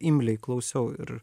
imliai klausiau ir